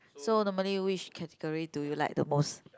so normally which category do you like the most